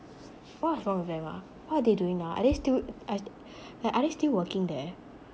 what is wrong with them ah what are they doing now are they still I like are they still working there